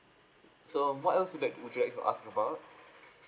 so what else would that would you like to ask about